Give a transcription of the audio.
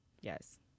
Yes